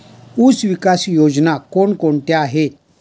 ऊसविकास योजना कोण कोणत्या आहेत?